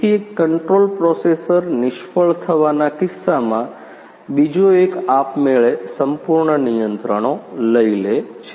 તેથી એક control processor નિષ્ફળ થવાના કિસ્સામાં બીજા એક આપમેળે સંપૂર્ણ નિયંત્રણો લે છે